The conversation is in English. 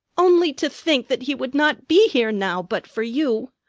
only to think that he would not be here now but for you.